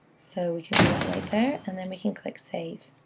so we can do that right there, and then we can click save.